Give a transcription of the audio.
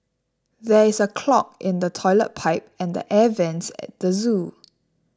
there is a clog in the Toilet Pipe and Air Vents at the zoo